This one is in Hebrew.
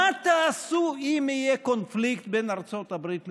מה תעשו אם יהיה קונפליקט בין ארצות הברית לרוסיה?